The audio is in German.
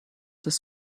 des